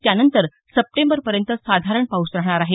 त्यानंतर सप्टेंबरपर्यंत साधारण पाऊस राहणार आहे